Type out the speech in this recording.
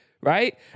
right